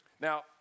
Now